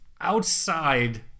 outside